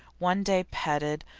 one day petted,